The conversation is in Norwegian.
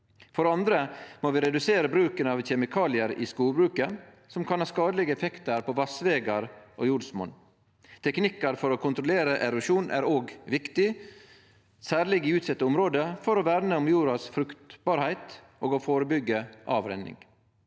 det andre må vi redusere bruken av kjemikaliar i skogbruket, som kan ha skadelege effektar på vassvegar og jordsmonn. Teknikkar for å kontrollere erosjon er òg viktig, særleg i utsette område, for å verne om jordas fruktbarheit og førebyggje avrenning.